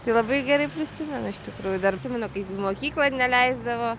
tai labai gerai prisimenu iš tikrųjų dar atsimenu kaip į mokyklą neleisdavo